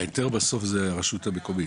ההיתר בסוף זה הרשות המקומית,